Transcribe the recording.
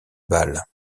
bâle